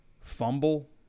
fumble